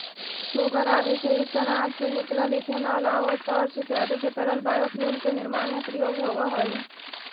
सूगर आदि से युक्त अनाज से निकलल इथेनॉल आउ स्टार्च इत्यादि के तरल बायोफ्यूल के निर्माण में प्रयोग होवऽ हई